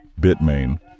Bitmain